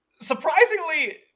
Surprisingly